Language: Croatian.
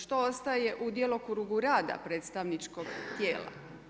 Što ostaje u djelokrugu rada predstavničkog tijela?